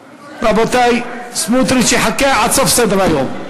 רבותי, סמוטריץ יחכה עד סוף סדר-היום.